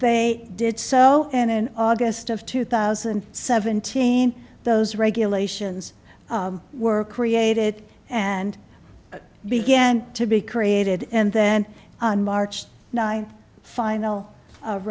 they did so and in august of two thousand and seventeen those regulations were created and began to be created and then on march ninth final